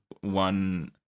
one